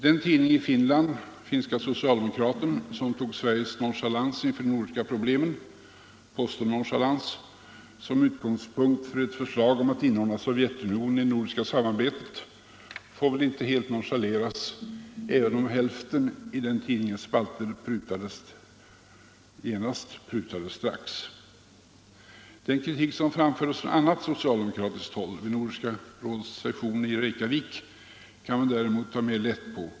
Den tidning i Finland, Finska Socialdemokraten, som tog Sveriges påstådda nonchalans inför de nordiska problemen till utgångspunkt för ett förslag om att inordna Sovjetunionen i det nordiska samarbetet, får väl 91 inte helt nonchaleras även om man genast själv prutade på hälften av det som stod i tidningens spalter. Den kritik som framfördes från annat socialdemokratiskt håll vid Nordiska rådets session i Reykjavik kan vi däremot ta mera lätt på.